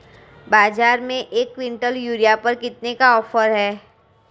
बाज़ार में एक किवंटल यूरिया पर कितने का ऑफ़र है?